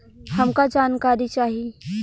हमका जानकारी चाही?